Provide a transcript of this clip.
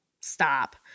stop